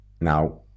now